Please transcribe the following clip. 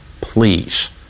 please